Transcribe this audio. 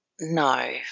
No